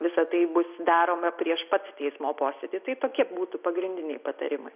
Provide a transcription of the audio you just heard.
visa tai bus daroma prieš pat teismo posėdį tai tokie būtų pagrindiniai patarimai